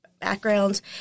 backgrounds